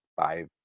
five